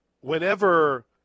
whenever